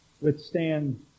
withstand